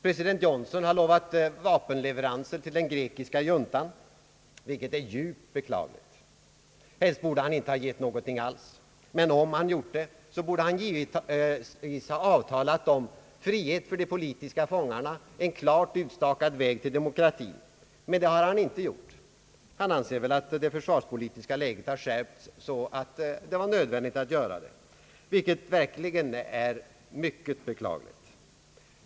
President Johnson har lovat vapenleveranser till den grekiska juntan, vilket är djupt beklagligt. Helst borde han inte ha gett den något alls, men om han gjorde det borde han t.ex. ha avtalat om frihet för de politiska fångarna, och en klart utstakad väg till demokrati. Men det har han inte gjort. Han anser väl att det försvarspolitiska läget har skärpts så att det var nödvändigt att upprusta Grekland, vilket verkligen är mycket beklagligt.